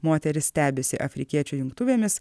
moterys stebisi afrikiečių jungtuvėmis